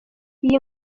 iyi